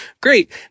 great